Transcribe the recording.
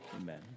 amen